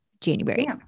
January